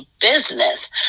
business